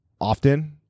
often